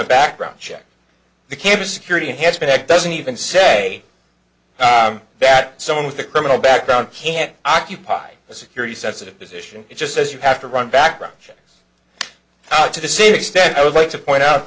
a background check the campus security has been hacked doesn't even say that someone with a criminal background can't occupy a security sensitive position it just says you have to run background checks to the same extent i would like to point out